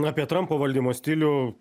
apie trampo valdymo stilių